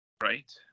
right